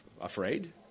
Afraid